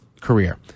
career